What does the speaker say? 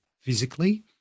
physically